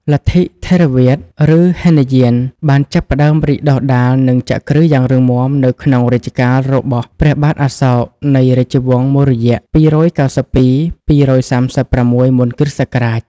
លទ្ធិថេរវាទ ឬហីនយាន បានចាប់ផ្តើមរីកដុះដាល និងចាក់គ្រឹះយ៉ាងរឹងមាំនៅក្នុងរជ្ជកាលរបស់ ព្រះបាទអសោក នៃរាជវង្សមូរយៈ ២៩២-២៣៦ មុនគ.ស.។